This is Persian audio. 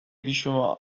بیشمار